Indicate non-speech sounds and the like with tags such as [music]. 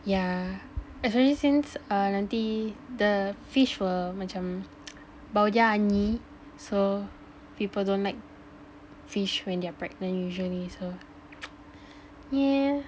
yeah especially since err nanti the fish will macam bau ja hanyir so people don't like fish when they're pregnant usually also [noise] yeah